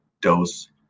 dose